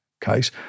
case